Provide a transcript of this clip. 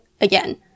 again